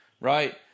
right